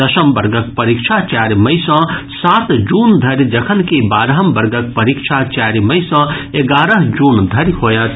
दसम् वर्गक परीक्षा चारि मई सॅ सात जून धरि जखनकि बारहम् वर्गक परीक्षा चारि मई सॅ एगारह जून धरि होयत